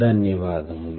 ధన్యవాదములు